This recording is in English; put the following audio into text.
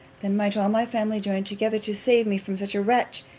then might all my family join together to save me from such a wretch,